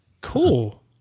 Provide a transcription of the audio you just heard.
Cool